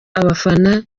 abafana